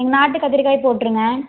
நாட்டு கத்திரிக்காயே போட்டுடுங்க